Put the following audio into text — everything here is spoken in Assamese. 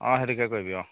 অ সেইটোকে কৰিবি অ